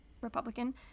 republican